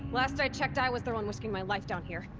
last i checked i was the one risking my life down here.